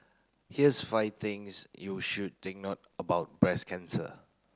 here's five things you should take note about breast cancer